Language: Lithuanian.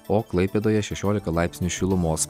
o klaipėdoje šešiolika laipsnių šilumos